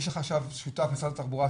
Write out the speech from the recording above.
יש לך עכשיו שותף במשרד התחבורה,